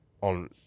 On